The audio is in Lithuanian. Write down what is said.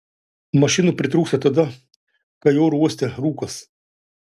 mašinų pritrūksta tada kai oro uoste rūkas